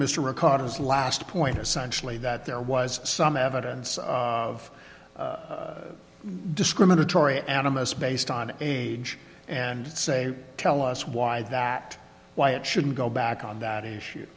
mr ricardo's last point essentially that there was some evidence of discriminatory animus based on age and say tell us why that why it should go back on that issue